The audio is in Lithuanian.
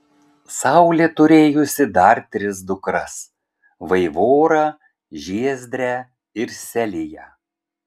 saulė turėjusi dar tris dukras vaivorą žiezdrę ir seliją